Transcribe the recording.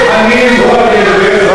אני מבין שזה,